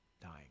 dying